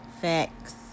Facts